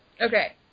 Okay